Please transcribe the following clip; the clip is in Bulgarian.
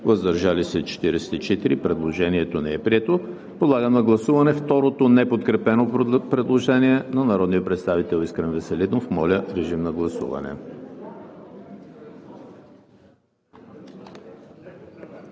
въздържали се 44. Предложението не е прието. Подлагам на гласуване второто неподкрепено предложение на народния представител Искрен Веселинов. ПРЕДСЕДАТЕЛ ВАЛЕРИ